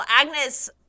Agnes